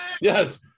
Yes